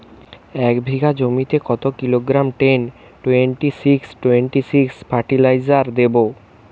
এক বিঘা জমিতে কত kilogram ten twenty six twenty six fertiliser দেবো?